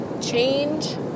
change